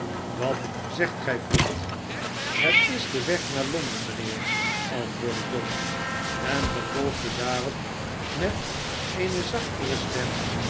wat zegt gi vriend het is de weg naar londen mijnheer antwoordde john en vervolgde daarop met eene zachtere stem